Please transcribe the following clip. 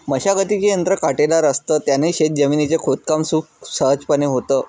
मशागतीचे यंत्र काटेदार असत, त्याने शेत जमिनीच खोदकाम खूप सहजपणे होतं